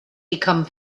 become